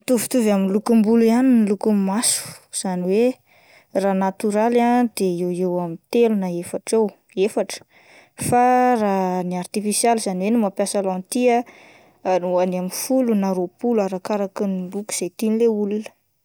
Mitovitovy amin'ny lokom-bolo ihany ny loko ny maso izany hoe raha natoraly ah de eo eo amin'ny telo na efatra eo, efatra. Fa raha ny artifisialy izany hoe ny mampiasa lentille ah any ho any amin'ny folo na roapolo arakaraky ny loko izay tian'ilay olona.